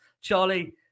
Charlie